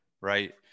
right